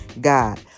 God